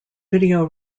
video